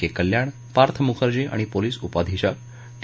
के कल्याण पार्थ मुखर्जी आणि पोलीस उपअधिक्षक टी